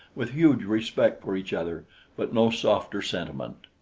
with huge respect for each other but no softer sentiment.